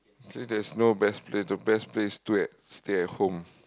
since there is no best place the best place is do at stay at home